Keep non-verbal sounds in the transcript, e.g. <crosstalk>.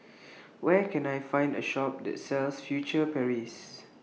<noise> Where Can I Find A Shop that sells Furtere Paris